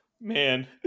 man